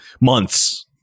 months